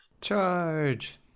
charge